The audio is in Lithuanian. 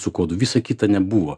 su kodu visa kita nebuvo